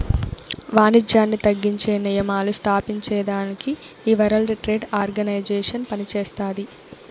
వానిజ్యాన్ని తగ్గించే నియమాలు స్తాపించేదానికి ఈ వరల్డ్ ట్రేడ్ ఆర్గనైజేషన్ పనిచేస్తాది